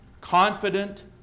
confident